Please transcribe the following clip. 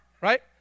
right